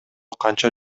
канча